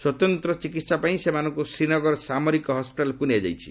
ସ୍ୱତନ୍ତ୍ର ଚିକିହାପାଇଁ ସେମାନଙ୍କୁ ଶ୍ରୀନଗର ସାମରିକ ହସ୍ୱିଟାଲ୍କୁ ନିଆଯାଇଛି